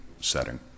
setting